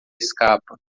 escapa